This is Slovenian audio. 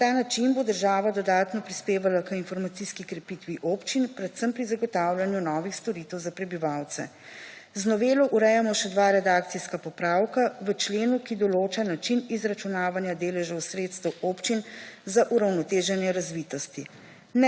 Na ta način bo država dodatno prispevala k informacijski krepitvi občin, predvsem pri zagotavljanju novih storitev za prebivalce. Z novelo urejamo še dva redakcijska popravka v členu, ki določa način izračunavanja deležev sredstev občin za uravnoteženje razvitosti.